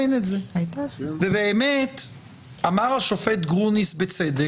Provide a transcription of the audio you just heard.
להיכנס עם D-9 ולדרוס את מה שאמרו בבית המשפט?